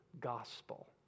gospel